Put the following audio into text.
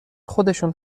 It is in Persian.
خودشون